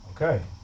Okay